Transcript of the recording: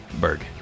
Berg